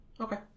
Okay